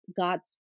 god's